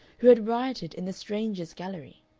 who had rioted in the strangers' gallery,